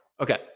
Okay